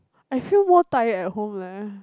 I feel more tired at home leh